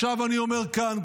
אני אומר כאן,